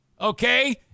Okay